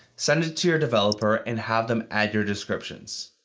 send it to your developer, and have them add your descriptions.